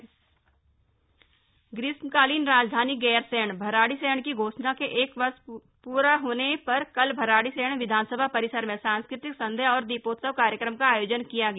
भराइीसैंण दीपोत्सव ग्रीष्मकालीन राजधानी गैरसैंण भराड़ीसैंण की घोषणा के एक वर्ष पूरे होने पर कल भराड़ीसैंण विधानसभा परिसर में सांस्कृतिक संध्या और दीपोत्सव कार्यक्रम का आयोजन किया गया